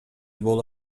боло